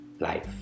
life